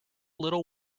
little